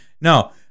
No